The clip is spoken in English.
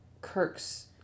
Kirk's